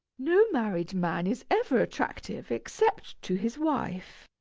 no married man is ever attractive except to his wife.